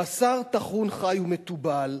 בשר טחון חי ומתובל,